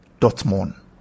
Dortmund